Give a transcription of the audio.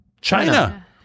China